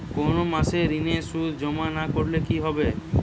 কোনো মাসে ঋণের সুদ জমা না করলে কি হবে?